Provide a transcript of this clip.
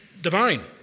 divine